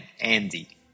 Andy